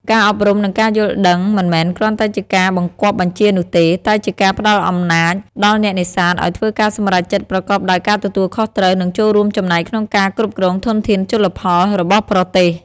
ការអប់រំ និងការយល់ដឹងមិនមែនគ្រាន់តែជាការបង្គាប់បញ្ជានោះទេ តែជាការផ្តល់អំណាចដល់អ្នកនេសាទឲ្យធ្វើការសម្រេចចិត្តប្រកបដោយការទទួលខុសត្រូវ និងចូលរួមចំណែកក្នុងការគ្រប់គ្រងធនធានជលផលរបស់ប្រទេស។